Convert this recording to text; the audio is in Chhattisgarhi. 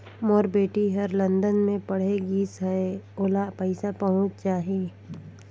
मोर बेटी हर लंदन मे पढ़े गिस हय, ओला पइसा पहुंच जाहि?